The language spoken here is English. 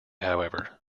however